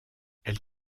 elle